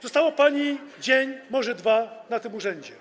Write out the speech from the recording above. Został pani dzień, może dwa, w tym urzędzie.